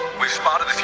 we spotted